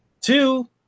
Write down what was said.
Two